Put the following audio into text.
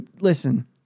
Listen